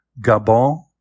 Gabon